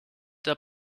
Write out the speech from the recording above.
der